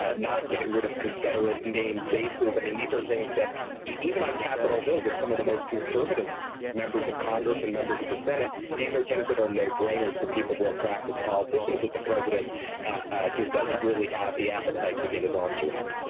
not getting rid of confederate named bases. i mean, these are things that even on capitol hill with some of the most conservative members of congress and members of the senate, these are things that are no-brainers for people who are practiced politicians that the president just doesn't really have the appetite to get his arms around.